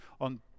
on